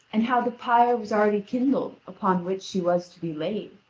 and how the pyre was already kindled upon which she was to be laid,